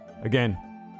Again